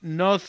no